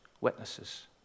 witnesses